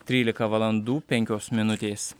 trylika valandų penkios minutės